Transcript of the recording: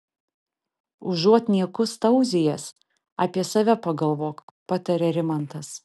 užuot niekus tauzijęs apie save pagalvok patarė rimantas